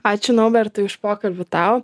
ačiū naurbertai už pokalbį tau